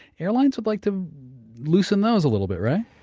airlines would like to loosen those a little bit, right?